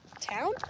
town